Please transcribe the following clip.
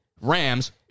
Rams